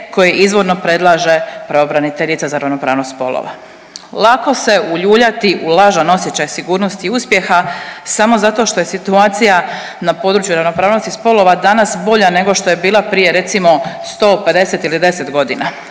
koje izvorno predlaže pravobraniteljica za ravnopravnost spolova. Lako se uljuljati u lažan osjećaj sigurnosti i uspjeha samo zato što je situacija na području ravnopravnosti spolova danas bolja nego što je bila prije recimo 150. ili 10.g.,